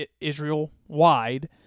Israel-wide